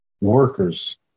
workers